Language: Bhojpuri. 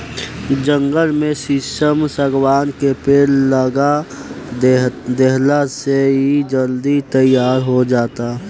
जंगल में शीशम, शागवान के पेड़ लगा देहला से इ जल्दी तईयार हो जाता